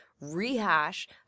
rehash